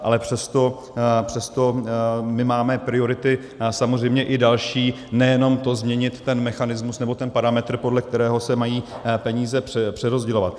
Ale přesto my máme priority samozřejmě i další, nejenom to změnit ten mechanismus nebo ten parametr, podle kterého se mají peníze přerozdělovat.